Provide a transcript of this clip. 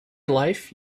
life